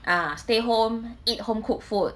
ah stay home eat home cooked food